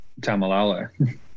Tamalalo